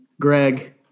Greg